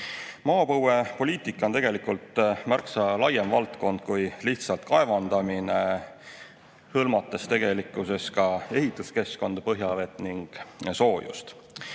Maapõuepoliitika on märksa laiem valdkond kui lihtsalt kaevandamine, hõlmates ka ehituskeskkonda, põhjavett ning soojust.